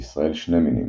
בישראל שני מינים.